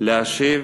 ומי שחשב